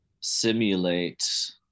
simulate